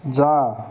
जा